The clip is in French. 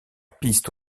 piste